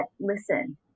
listen